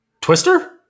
Twister